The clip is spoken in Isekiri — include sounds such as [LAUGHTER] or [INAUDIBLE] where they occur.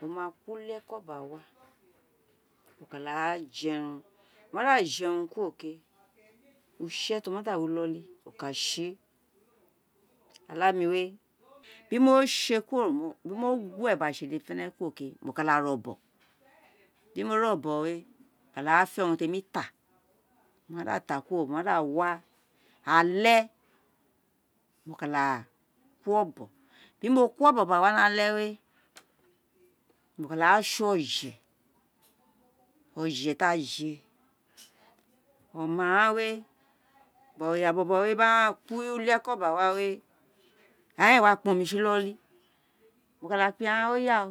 Aghan ma kuri uli-eko gba wa, a isa da jerun a ma da jerun kuro ke use̱ ti o da wi inoli, a ka da séè. Oláà mi wé, bi mo sé kuro, bi mo gue gba sé urun dede fenefe̱ne̱ kuro ke, mo ka da ré o̱bo̱n [NOISE] di mo re obon we, mo kaa fe̱ urun temi ta, mo mada ta kuro, mo mada wa ale, mo ka da kuri o̱bo̱n, bi mo kuri obon gba wa ni ale wé, mo ka da se̱ o̱je̱, o̱je ti a je̱ [NOISE] oma ghan wé, ira bo̱bo̱ we di aghan kuri uli eko gba wa wé, aghan éè wa kpan omi si inoli mo ka da kpe aghan [UNINTELLIGIBLE] aghan